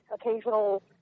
occasional